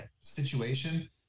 situation